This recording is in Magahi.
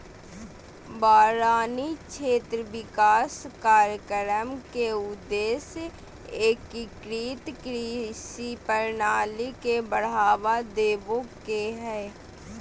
वारानी क्षेत्र विकास कार्यक्रम के उद्देश्य एकीकृत कृषि प्रणाली के बढ़ावा देवे के हई